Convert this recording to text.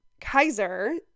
Kaiser